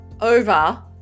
over